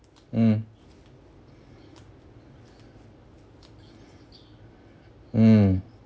mm mm